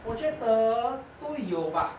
我觉得都有吧